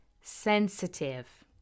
sensitive